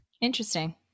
interesting